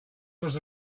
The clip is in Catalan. les